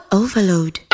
overload